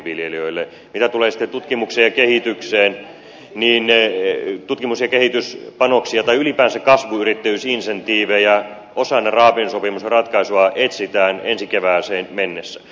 mitä tulee sitten tutkimukseen ja kehitykseen niin tutkimus ja kehityspanoksia tai ylipäänsä kasvuyrittäjyysinsentiivejä osana raamisopimusratkaisua etsitään ensi kevääseen mennessä